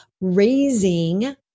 raising